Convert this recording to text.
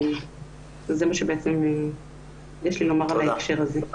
זה מה שיש לי לומר בהקשר הזה.